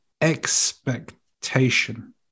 expectation